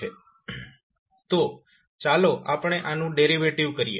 તો ચાલો આપણે આનું ડેરિવેટિવ કરીએ